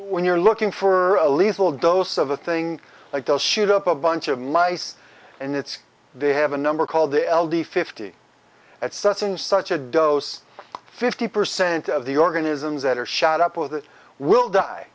when you're looking for a lethal dose of a thing like they'll shoot up a bunch of mice and it's they have a number called the l d fifty at such and such a dose fifty percent of the organisms that are shot up with it will die